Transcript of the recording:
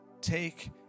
Take